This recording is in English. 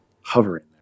hovering